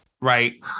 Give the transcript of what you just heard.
right